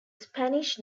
spanish